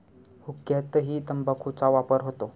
हुक्क्यातही तंबाखूचा वापर होतो